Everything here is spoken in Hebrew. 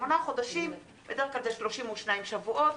שמונה חודשים זה בדרך כלל 32 שבועות,